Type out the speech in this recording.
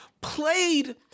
played